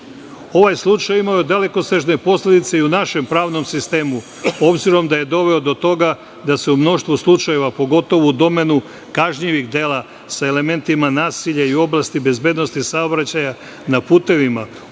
puta. Ovaj slučaj imao je dalekosežne posledice i u našem pravnom sistemu, obzirom da je doveo do toga da se u mnoštvo slučajeva, pogotovo u domenu kažnjivih dela sa elementima nasilja i u oblasti bezbednosti saobraćaja na putevima, u